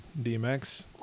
DMX